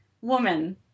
woman